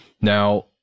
Now